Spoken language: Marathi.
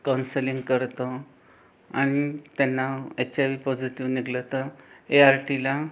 कौंसेलिंग करतो आणि त्यांना एचआयवी पॉजिटिव निघाले तर ए आर टीला